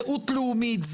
זהות לאומית,